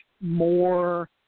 more